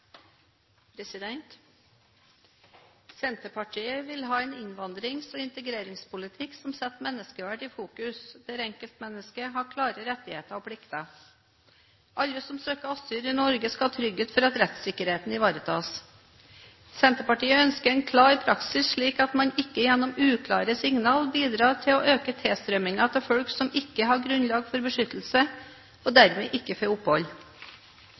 integreringspolitikk som setter menneskeverd i fokus, der enkeltmennesket har klare rettigheter og plikter. Alle som søker asyl i Norge, skal ha en trygghet for at rettssikkerheten ivaretas. Senterpartiet ønsker en klar praksis, slik at man ikke gjennom uklare signaler bidrar til å øke tilstrømningen av folk som ikke har grunnlag for beskyttelse, og dermed ikke får opphold.